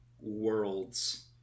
worlds